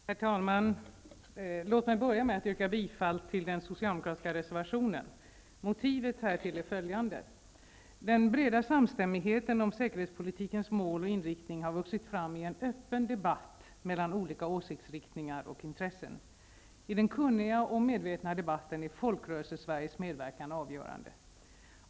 Herr talman! Låt mig börja med att yrka bifall till den socialdemokratiska reservationen. Motivet härtill är följande. Den breda samstämmigheten om säkerhetspolitikens mål och inriktning har vuxit fram i en öppen debatt mellan olika åsiktsriktningar och intressen. I den kunniga och medvetna debatten är Folkrörelsesveriges medverkan avgörande.